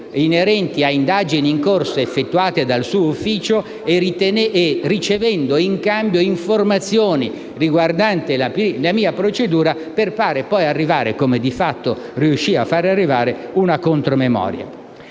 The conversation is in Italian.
inerenti a indagini in corso effettuate dal suo ufficio e ricevendo in cambio informazioni riguardanti il mio procedimento per far arrivare - come di fatto avvenne - una contromemoria.